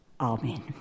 Amen